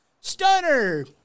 Stunner